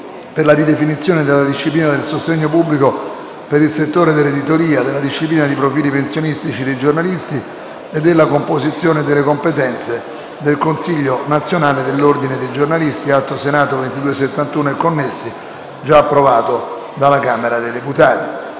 per la ridefinizione della disciplina del sostegno pubblico per il settore dell'editoria, della disciplina di profili pensionistici dei giornalisti e della composizione e delle competenze del Consiglio nazionale dell'Ordine dei giornalisti», premesso che: a partire dal 1º gennaio